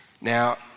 Now